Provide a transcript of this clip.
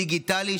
דיגיטלי,